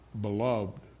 beloved